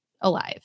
alive